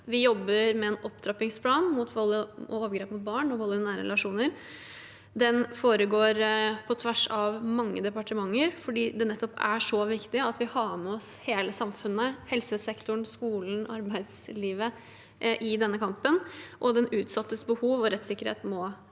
Vi jobber med en opptrappingsplan mot vold og overgrep mot barn og vold i nære relasjoner. Den foregår på tvers av mange departementer, fordi det nettopp er så viktig at vi har med oss hele samfunnet – helsesektoren, skolen, arbeidslivet – i denne kampen, og den utsattes behov og rettssikkerhet må stå